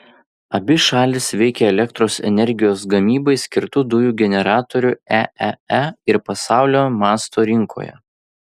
abi šalys veikia elektros energijos gamybai skirtų dujų generatorių eee ir pasaulio masto rinkoje